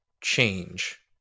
change